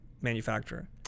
manufacturer